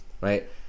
right